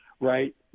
right